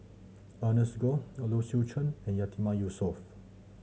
Ernest Goh Low Low Swee Chen and Yatiman Yusof